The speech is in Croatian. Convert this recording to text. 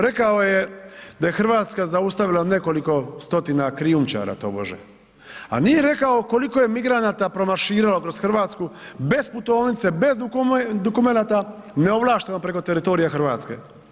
Rekao je da je Hrvatska zaustavila nekoliko stotina krijumčara tobože a nije rekao koliko je migranata promarširalo kroz Hrvatsku bez putovnice, bez dokumenata, neovlašteno preko teritorija Hrvatske.